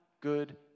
good